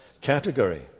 category